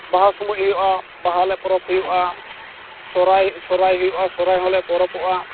ᱵᱟᱦᱟ ᱥᱚᱢᱚ ᱦᱩᱭᱩᱜᱼᱟ ᱵᱟᱦᱟ ᱞᱮ ᱯᱚᱨᱚᱵᱽ ᱦᱩᱭᱩᱜᱼᱟ ᱥᱚᱦᱨᱟᱭ ᱥᱚᱨᱟᱭ ᱦᱩᱭᱩᱜᱼᱟ ᱥᱚᱨᱟᱭ ᱦᱚᱞᱮ ᱯᱚᱨᱚᱵᱽ ᱵᱚᱜᱼᱟ